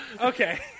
Okay